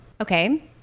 Okay